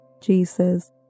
Jesus